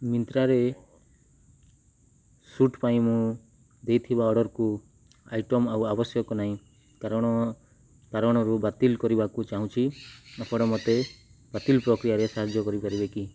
ମିନ୍ତ୍ରାରେ suit ପାଇଁ ମୁଁ ଦେଇଥିବା ଅର୍ଡ଼ର୍କୁ ଆଇଟମ୍ ଆଉ ଆବଶ୍ୟକ ନାହିଁ କାରଣ କାରଣରୁ ବାତିଲ କରିବାକୁ ଚାହୁଁଛି ଆପଣ ମୋତେ ବାତିଲ ପ୍ରକ୍ରିୟାରେ ସାହାଯ୍ୟ କରିପାରିବେ କି